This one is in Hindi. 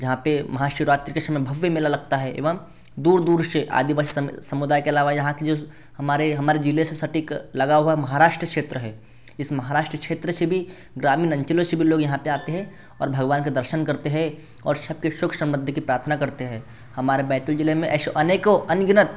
जहाँ पर महाशिवरात्रि के समय भव्य मेला लगता है एवं दूर दूर से आदिवासी सम समुदाय के अलावा यहाँ के जो हमारे हमारे जिले से सटीक लगा हुआ महाराष्ट्र क्षेत्र है इस महाराष्ट्र क्षेत्र से भी ग्रामीण अंचलों से भी लोग यहाँ पर आते हैं और भगवान का दर्शन करते हैं और सबकी सुख समृद्धि की प्रार्थना करते हैं हमारे बैतूल जिले में ऐशो अनेकों अनगिनत